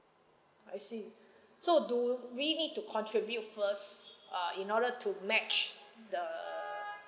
I see so do we need to contribute first uh in order to match the